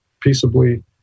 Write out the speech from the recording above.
peaceably